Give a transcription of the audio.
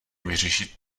vyřešit